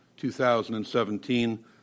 2017